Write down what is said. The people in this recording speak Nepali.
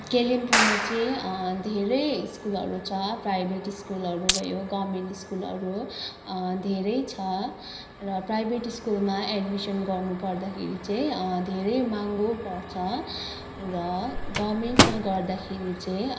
कालिम्पोङमा चाहिँ धेरै स्कुलहरू छ प्राइभेट स्कुलहरू भयो गभर्मेन्ट स्कुलहरू धेरै छ र प्राइभेट स्कुलमा एड्मिसन गर्नु पर्दाखेरि चाहिँ धेरै महँगो पर्छ र गभर्मेन्टमा गर्दाखेरि चाहिँ